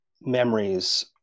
memories